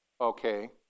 Okay